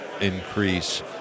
increase